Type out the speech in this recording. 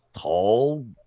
tall